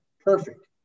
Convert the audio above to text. perfect